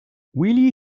willie